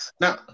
Now